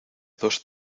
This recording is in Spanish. dos